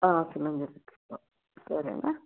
సిరంజి ఎక్కిస్తాను సరే